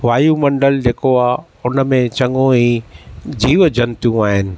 वायुमडंल जेको आहे हुन में चङो ई जीव जंतु आहिनि